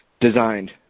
designed